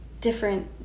different